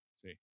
see